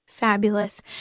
Fabulous